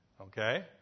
Okay